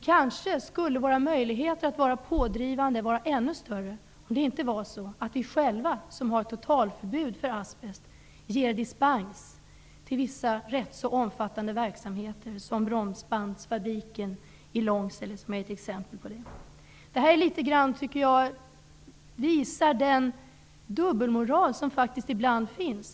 Kanske skulle vår möjlighet att vara pådrivande vara ännu större om det inte var så att vi, som själva har totalförbud vad gäller asbest, ger dispens till vissa ganska omfattande verksamheter, exempelvis till bromsbandsfabriken i Långsele. Det här visar på den dubbelmoral som faktiskt ibland finns.